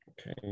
Okay